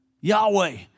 yahweh